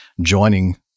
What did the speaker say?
joining